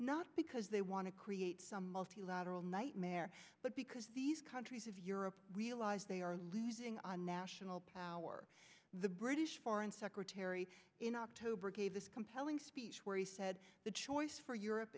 not because they want to create some multilateral nightmare but because these countries of europe realize they are a national power the british foreign secretary in october gave compelling speech where he said the choice for europe